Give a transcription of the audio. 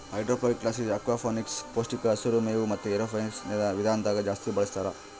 ಹೈಡ್ರೋಫೋನಿಕ್ಸ್ನಲ್ಲಿ ಅಕ್ವಾಫೋನಿಕ್ಸ್, ಪೌಷ್ಟಿಕ ಹಸಿರು ಮೇವು ಮತೆ ಏರೋಫೋನಿಕ್ಸ್ ವಿಧಾನದಾಗ ಜಾಸ್ತಿ ಬಳಸ್ತಾರ